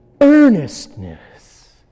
earnestness